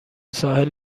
ساحل